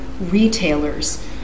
retailers